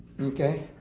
Okay